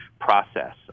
process